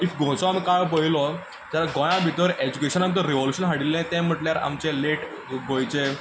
if गोंयचो आमी काळ पळयलो जाल्यार गोंया भितर एज्युकेशनान जर रेव्होल्युशन हाडिल्लें तें म्हटल्यार आमचें लेट गोंयचे